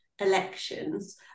elections